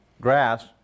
grass